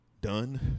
Done